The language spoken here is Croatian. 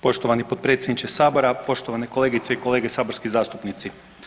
Poštovani potpredsjedniče Sabora, poštovane kolegice i kolege saborski zastupnici.